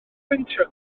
brintio